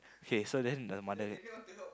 k so then the mother